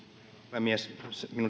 puhemies minun täytyy